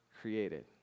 created